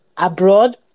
Abroad